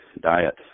diet